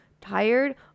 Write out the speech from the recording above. tired